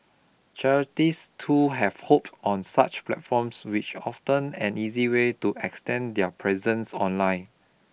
charities too have hop on such platforms which often an easy way to extend their presence online